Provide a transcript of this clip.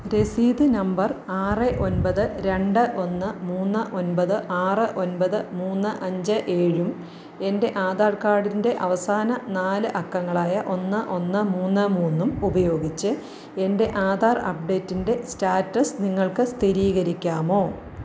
രസീത് നമ്പർ ആറ് ഒൻപത് രണ്ട് ഒന്ന് മൂന്നു ഒൻപത് ആറ് ഒൻപത് മൂന്ന് അഞ്ച് ഏഴും എൻ്റെ ആധാർ കാർഡിൻ്റെ അവസാന നാല് അക്കങ്ങളായ ഒന്ന് ഒന്ന് മൂന്ന് മൂന്നും ഉപയോഗിച്ച് എൻ്റെ ആധാർ അപ്ഡേറ്റിൻ്റെ സ്റ്റാറ്റസ് നിങ്ങൾക്ക് സ്ഥിരീകരിക്കാമോ